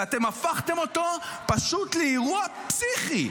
ואתם הפכתם אותו לאירוע פסיכי.